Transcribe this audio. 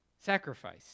sacrifice